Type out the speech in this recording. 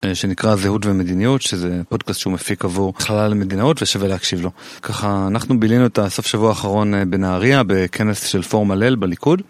שנקרא זהות ומדיניות שזה פודקאס שהוא מפיק עבור במכללה למדינאות ושווה להקשיב לו ככה אנחנו בילינו את הסוף שבוע האחרון בנהריה בכנס של פורם הלל בליכוד.